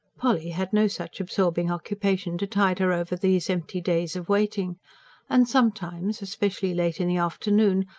polly had no such absorbing occupation to tide her over these empty days of waiting and sometimes especially late in the afternoon,